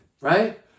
right